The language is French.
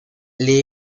les